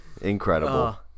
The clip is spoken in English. Incredible